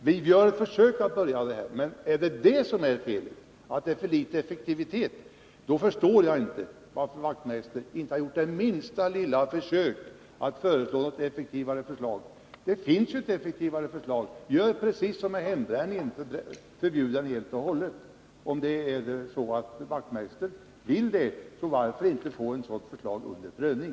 Vi gör emellertid ett försök och börjar med det här. Men är felet att det är för litet effektivitet förstår jag inte varför Knut Wachtmeister inte har gjort det minsta lilla försök att komma med ett effektivare förslag. Det finns ju ett sådant: Gör precis som med hembränningen, som är helt och hållet förbjuden! Om Knut Wachtmeister vill ha det så, varför inte ta upp ett sådant förslag till prövning?